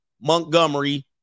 Montgomery